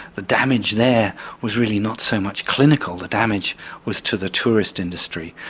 the damage there was really not so much clinical the damage was to the tourist industry.